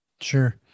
Sure